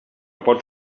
pot